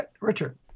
Richard